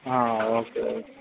okay